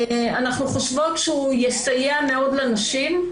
אנחנו חושבות שהוא יסייע מאוד לנשים.